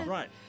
Right